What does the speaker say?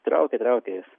traukia traukia juos